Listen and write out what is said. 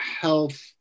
health